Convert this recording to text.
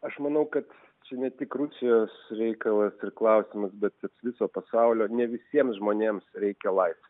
aš manau kad čia ne tik rusijos reikalas ir klausimas bet ir viso pasaulio ne visiems žmonėms reikia laisvės